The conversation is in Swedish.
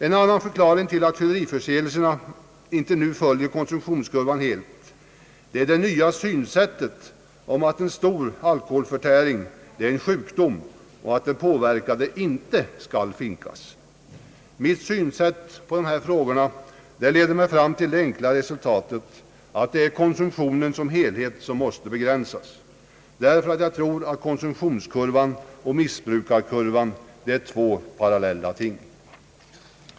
En annan förklaring till att fylleriförseelserna inte nu helt följer konsumtionskurvan är det nya synsättet att en stor alkoholförtäring är en sjukdom och att de påverkade inte skall finkas. Mitt synsätt på dessa frågor leder fram till det enkla resultatet, att det är konsumtionen som helhet som måste begränsas, därför att jag tror att konsumtionskurvan och missbrukarkurvan är två parallella ting.